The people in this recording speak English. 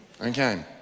Okay